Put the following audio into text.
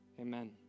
Amen